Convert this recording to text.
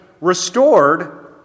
restored